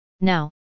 Now